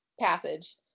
passage